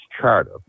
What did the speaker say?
charter